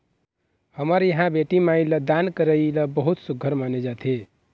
हमर इहाँ बेटी माई ल दान करई ल बहुत सुग्घर माने जाथे